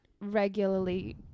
regularly